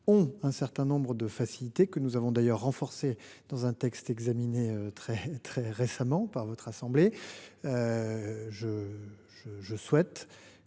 ont un certain nombre de facilités, que nous avons d’ailleurs renforcées dans un texte examiné très récemment par votre assemblée. Je souhaite